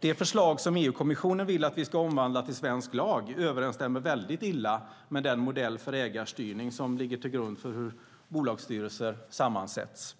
Det förslag som EU-kommissionen vill att vi ska omvandla till svensk lag överensstämmer väldigt illa med den modell för ägarstyrning som ligger till grund för hur bolagsstyrelser sammansätts.